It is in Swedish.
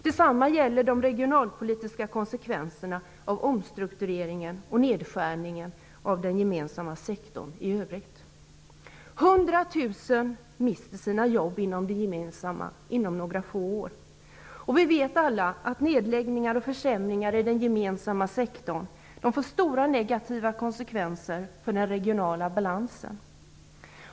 Detsamma gäller de regionalpolitiska konsekvenserna av omstruktureringen och nedskärningen av den gemensamma sektorn i övrigt. 100 000 personer mister sina jobb inom det gemensamma inom några få år. Vi vet alla att nedläggningar och försämringar av den gemensamma sektorn får stora negativa konsekvenser för den regionala balansen.